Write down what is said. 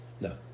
No